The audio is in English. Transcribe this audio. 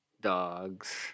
dogs